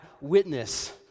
witness